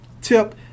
tip